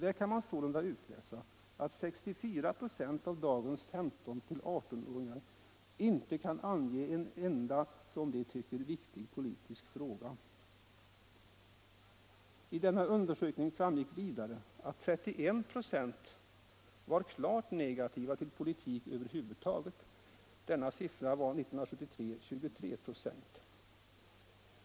Där kan man sålunda utläsa att 64 96 av dagens 15-18-åringar inte kan ange en enda som de tycker viktig politisk fråga. Av undersökningen framgick vidare att 31 9 var klart negativa till politik över huvud taget. År 1973 var siffran 23 96.